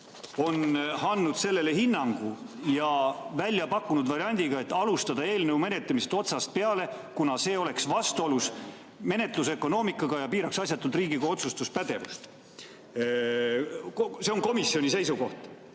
See on komisjoni seisukoht.